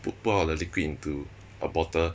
put pour out the liquid into a bottle